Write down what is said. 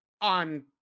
on